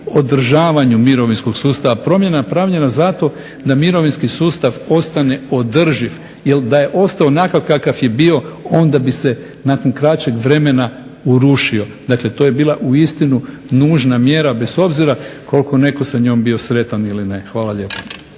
održavanju mirovinskog sustava, promjena je pravljena zato da mirovinski sustav ostane održiv, jer da je ostao onakav kakav je bio onda bi se nakon kraćeg vremena urušio, dakle to je bila uistinu nužna mjera bez obzira koliko netko sa njom bio sretan ili ne. Hvala lijepo.